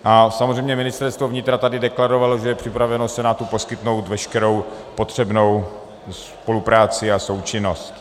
A samozřejmě Ministerstvo vnitra tady deklarovalo, že je připraveno Senátu poskytnout veškerou potřebnou spolupráci a součinnost.